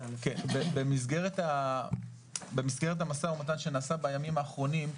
במסגרת המשא ומתן שנעשה בימים האחרונים,